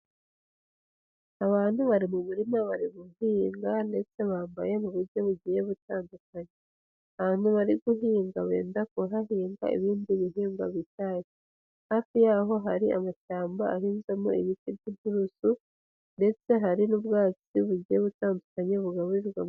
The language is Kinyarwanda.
Abantu bari mu murima bari guhinga ndetse bambaye mu buryo bugiye butandukanye. Ahantu bari guhinga benda kuhahinga ibindi bihingwa bishyashya. Hafi yaho hari amashyamba ahinzemo ibiti by'inturusu, ndetse hari n'ubwatsi bugiye butandukanye bugaburirwa amatungo.